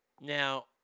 Now